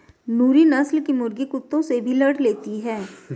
नूरी नस्ल की मुर्गी कुत्तों से भी लड़ लेती है